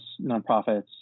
nonprofits